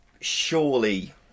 surely